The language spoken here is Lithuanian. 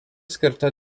skirta